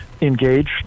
engaged